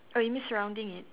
oh you mean surrounding it